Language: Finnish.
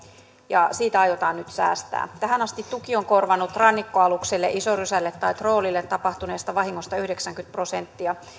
ja siitä aiotaan nyt säästää tähän asti tuki on korvannut rannikkoaluksille isorysälle tai troolille tapahtuneesta vahingosta yhdeksänkymmentä prosenttia